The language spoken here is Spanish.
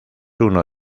uno